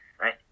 right